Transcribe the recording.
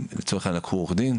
לצורך העניין לקחו עורך דין.